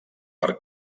per